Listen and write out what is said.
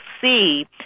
see